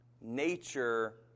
Nature